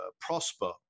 prosper